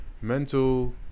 mental